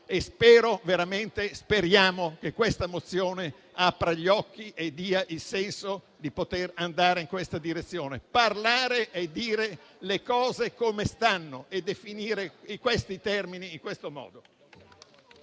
veramente che questa mozione apra gli occhi e dia il senso di poter andare in questa direzione: parlare e dire le cose come stanno e definire le cose in questi termini e in questo modo.